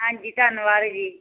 ਹਾਂਜੀ ਧੰਨਵਾਦ ਜੀ